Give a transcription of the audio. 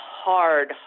hard